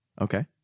okay